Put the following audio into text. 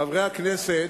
חברי הכנסת,